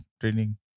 training